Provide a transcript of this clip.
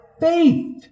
faith